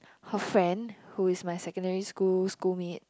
her friend who is my secondary school school mate